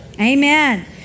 Amen